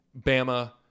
Bama